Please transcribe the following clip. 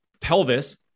pelvis